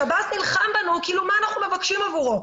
שב"ס נלחם בנו כאילו מה אנחנו מבקשים עבורו?